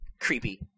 creepy